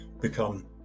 become